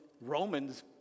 Romans